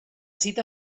cita